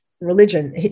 religion